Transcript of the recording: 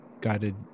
guided